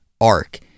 arc